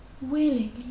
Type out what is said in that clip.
willingly